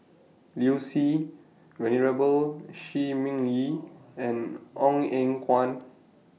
Liu Si Venerable Shi Ming Yi and Ong Eng Guan